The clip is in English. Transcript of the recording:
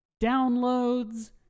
downloads